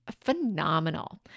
phenomenal